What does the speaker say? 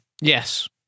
yes